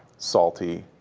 salty,